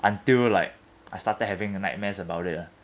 until like I started having nightmares about it ah